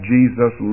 Jesus